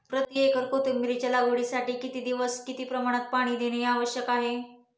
प्रति एकर कोथिंबिरीच्या लागवडीसाठी किती दिवस किती प्रमाणात पाणी देणे आवश्यक आहे?